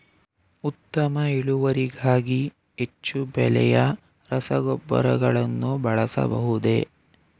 ಉತ್ತಮ ಇಳುವರಿಗಾಗಿ ಹೆಚ್ಚು ಬೆಲೆಯ ರಸಗೊಬ್ಬರಗಳನ್ನು ಬಳಸಬಹುದೇ?